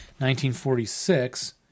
1946